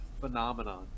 phenomenon